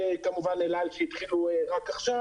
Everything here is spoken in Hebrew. וכמובן אל-על שהתחילו רק עכשיו